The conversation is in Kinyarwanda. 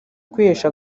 kwihesha